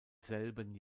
selben